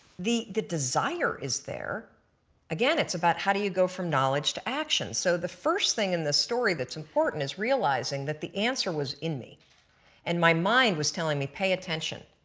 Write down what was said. the the desire is there again it's about how do you go from knowledge to action. so the first thing in this story that's important is realizing that the answer was in me and my mind was telling me, pay attention.